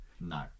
No